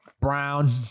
brown